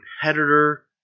competitor